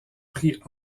prix